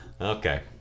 Okay